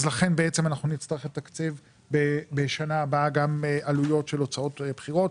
לכן אנחנו נצטרך לתקצב בשנה הבאה גם עלויות של הוצאות בחירות.